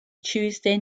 tuesday